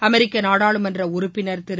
அமெரிக்க நாடாளுமன்ற உறுப்பினர் திரு